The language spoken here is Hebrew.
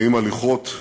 נעים הליכות,